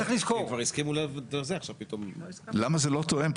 צריך לזכור --- למה זה לא תואם?